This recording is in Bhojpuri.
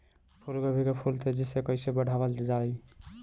फूल गोभी के फूल तेजी से कइसे बढ़ावल जाई?